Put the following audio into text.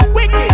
Wicked